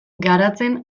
garatzen